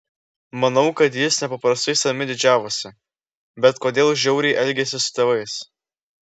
manau kad jis nepaprastai savimi didžiavosi bet kodėl žiauriai elgėsi su tėvais